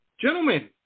Gentlemen